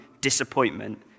disappointment